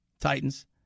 Titans